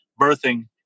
birthing